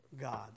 God